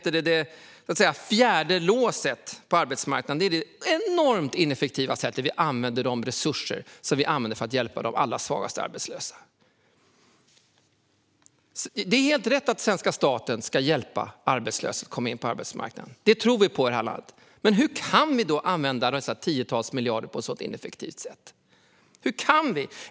Det fjärde låset på arbetsmarknaden är det enormt ineffektiva sättet vi använder de resurser som vi har för att hjälpa de allra svagaste arbetslösa. Det är helt rätt att svenska staten ska hjälpa arbetslösa att komma in på arbetsmarknaden. Det tror vi på i det här landet. Men hur kan vi då använda dessa tiotals miljarder på ett så ineffektivt sätt? Hur kan vi göra det?